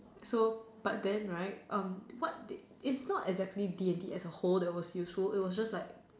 so but then right what did it wasn't actually D and T as a whole that was useful it was just like